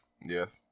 Yes